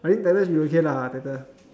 I mean title should be okay lah title